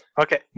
Okay